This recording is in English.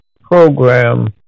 program